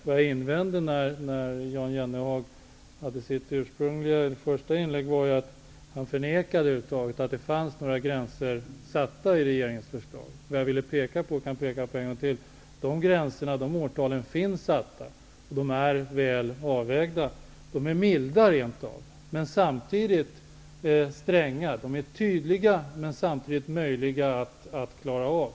Det jag invände mot i Jan Jennehags första inlägg var att han förnekade att det över huvud taget satts några gränser i regeringens förslag. Jag kan en gång till peka på att de gränserna och de årtalen är satta. De är väl avvägda. De är rent av milda, men samtidigt stränga. De är tydliga, men samtidigt möjliga att klara av.